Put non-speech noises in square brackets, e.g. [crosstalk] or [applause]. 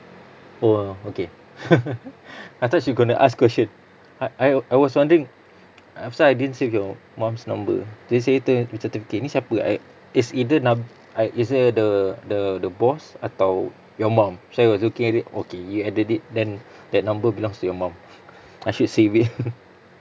oh ah okay [laughs] I thought she gonna ask question I I I was wondering apasal I didn't save your mum's number tadi saya tengah macam terfikir ni siapa I it's either nab~ I it's a the the the boss atau your mum so I was looking at it okay you added it then that number belongs to your mum I should save it